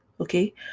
Okay